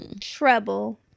trouble